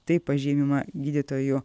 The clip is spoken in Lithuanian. tai pažymima gydytojų